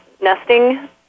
nesting